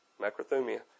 Macrothumia